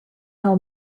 how